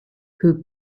who